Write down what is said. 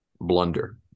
Blunder